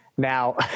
Now